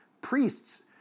Priests